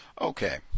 Okay